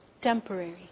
Temporary